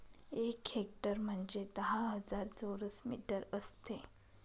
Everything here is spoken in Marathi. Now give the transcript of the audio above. एक हेक्टर म्हणजे दहा हजार चौरस मीटर असते